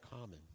common